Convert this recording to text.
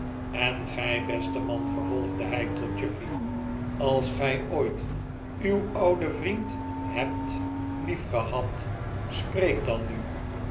en gij beste man vervolgde hij tot chuffey als gij ooit uw ouden vriend hebt lief gehad spreek dan nu